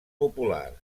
populars